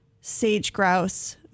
sage-grouse